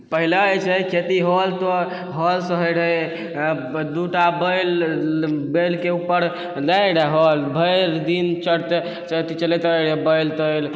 पहिला जे छै खेती होल तऽ हऽल से होइ रहै दू टा बैल बेलके उपर दै रहै हऽल भैर दिन चलतै चलैत रहै बैल तऽ